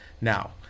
Now